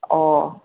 ꯑꯣ